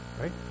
right